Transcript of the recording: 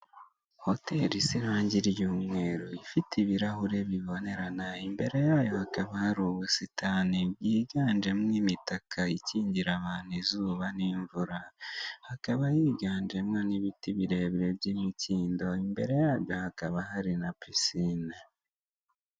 Hoteli isa irangi ry'umweru, ifite ibirahure bibonerana, imbere yayo hakaba hari ubusitani, bwiganjemo imitaka ikingira abantu izuba n'imvura, hakaba higanje mo ibiti birebire by'imikindo, imbere yabyo hakaba hari na pisine.